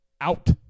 out